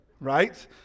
right